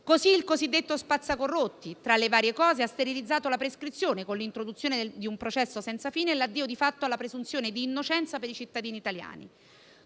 provvedimento spazza corrotti, tra le varie cose, ha sterilizzato la prescrizione, con l'introduzione di un processo senza fine e l'addio di fatto alla presunzione di innocenza per i cittadini italiani.